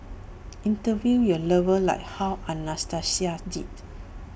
interview your lover like how Anastasia did